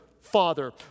father